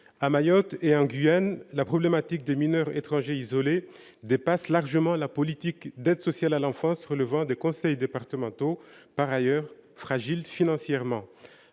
À Mayotte et en Guyane, la problématique des mineurs étrangers isolés dépasse largement la politique d'aide sociale à l'enfance relevant des conseils départementaux, par ailleurs fragiles financièrement.